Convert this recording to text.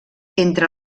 entre